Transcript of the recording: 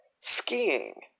skiing